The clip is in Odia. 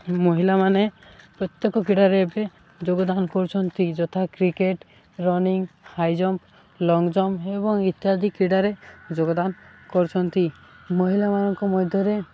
ମହିଲାମାନେ ପ୍ରତ୍ୟେକ କ୍ରୀଡ଼ାରେ ଏବେ ଯୋଗଦାନ କରୁଛନ୍ତି ଯଥା cricket running high jump long jump ଏବଂ ଇତ୍ୟାଦି କ୍ରୀଡ଼ାରେ ଯୋଗଦାନ କରୁଛନ୍ତି ମହିଲାମାନଙ୍କ ମଧ୍ୟରେ